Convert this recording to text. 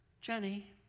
Jenny